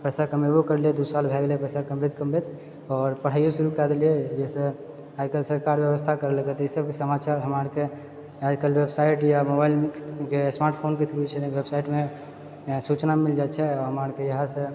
पैसा कमेबोके लिए दू साल भए गेले पैसा कमबैत कमबैत आओर पढ़ाइयो शुरु कए देलिए जहिसे आइकाल्हि सरकार व्यवस्था करलकै तऽ ई सब समाचार हमरा आरके आजकल वेबसाइट या मोबाइलमे स्मार्टफोनके थ्रू छै नहि वेबसाइटमे सूचना मिल जाइत छै हमरा आरके इएहसँ